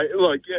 Look